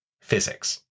physics